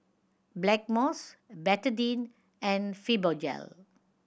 Blackmores Betadine and Fibogel